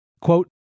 quote